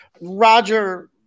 Roger